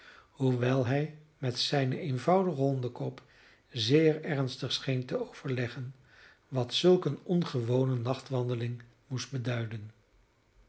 hoewel hij met zijnen eenvoudigen hondekop zeer ernstig scheen te overleggen wat zulk eene ongewone nachtwandeling moest beduiden